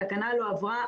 התקנה לא עברה.